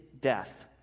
death